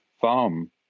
farm